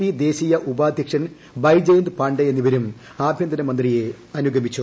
P ദേശീയ ഉപാദ്ധ്യക്ഷൻ ബൈജയന്ദ് പാണ്ഡെ എന്നിവരും ആഭ്യന്തര മന്ത്രിയെ അനുഗമിച്ചു